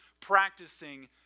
practicing